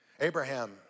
Abraham